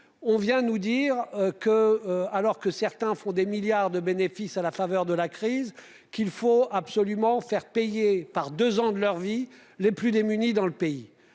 l'on vient nous dire, alors même que certains font des milliards d'euros de bénéfice à la faveur de la crise, qu'il faut absolument faire payer de deux ans de leur vie les plus démunis du pays